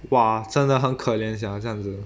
哇真的很可怜 sia 这样子